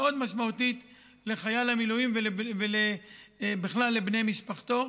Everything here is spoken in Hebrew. מאוד משמעותית לחייל המילואים ובכלל לבני משפחתו,